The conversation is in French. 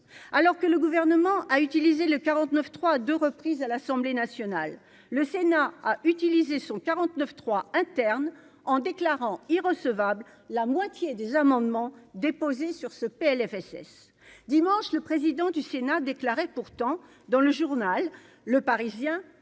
alors que le gouvernement a utilisé le 49 3 à 2 reprises à l'Assemblée nationale, le Sénat a utilisé son 49 3 interne en déclarant irrecevable la moitié des amendements déposés sur ce PLFSS dimanche le président du Sénat, déclarait pourtant dans le journal Le Parisien